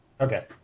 Okay